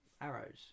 Arrows